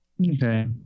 Okay